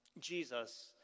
Jesus